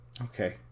Okay